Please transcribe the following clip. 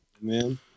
man